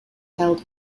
held